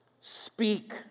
Speak